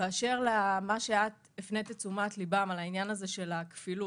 באשר למה שאת הפנית את תשומת ליבם על העניין של הכפילות